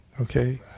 Okay